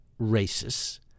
Racists